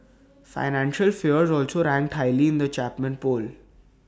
financial fears also ranked highly in the Chapman poll